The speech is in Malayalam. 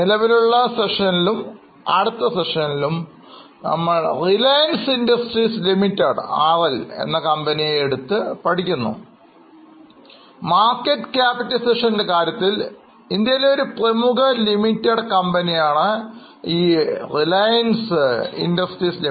നിലവിലെ സെക്ഷനിലും അടുത്ത് സെക്ഷനിലും നമ്മൾ റിലയൻസ് ഇൻഡസ്ട്രീസ് ലിമിറ്റഡ്ഡ് പറ്റി ഉദാഹരണമായി എടുക്കുന്നുമാർക്കറ്റ് ക്യാപിറ്റലൈസേഷൻ കാര്യത്തിൽ ഇതൊരു പ്രമുഖ ലിസ്റ്റഡ് കമ്പനി ആണെന്ന് നമുക്കറിയാം